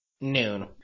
noon